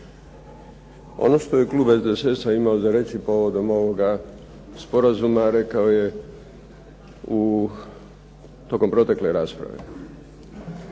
Ono što je klub SDSS-a imao za reći povodom ovoga sporazuma rekao je tokom protekle rasprave